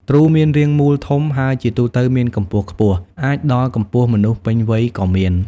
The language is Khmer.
ទ្រូមានរាងមូលធំ ហើយជាទូទៅមានកម្ពស់ខ្ពស់ អាចដល់កម្ពស់មនុស្សពេញវ័យក៏មាន។